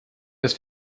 dass